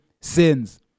sins